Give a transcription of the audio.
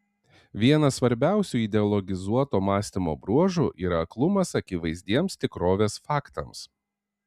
vienas svarbiausių ideologizuoto mąstymo bruožų yra aklumas akivaizdiems tikrovės faktams